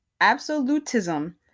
absolutism